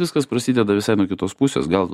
viskas prasideda visai nuo kitos pusės gal